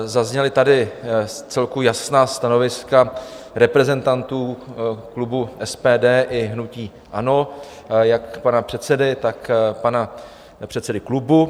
Zazněla tady vcelku jasná stanoviska reprezentantů klubu SPD i hnutí ANO, jak pana předsedy, tak pana předsedy klubu.